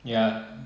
ya